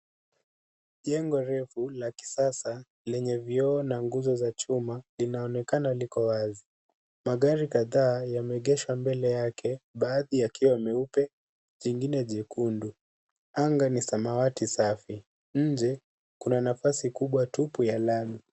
Jengo refu la kisasa lenye vioo na nguzo za chuma linaonekana liko wazi. Magari kadhaa yameegeshwa mbele yake, baadhi yakiwa meupe, jingine jekundu. Anga ni samawati safi. Nje kuna nafasi kubwa tupu ya lami.